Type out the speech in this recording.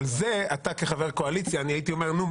אבל זה אתה כחבר קואליציה אני הייתי אומר: נו,